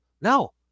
No